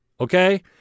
okay